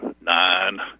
nine